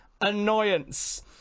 annoyance